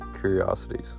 curiosities